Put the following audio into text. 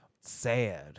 sad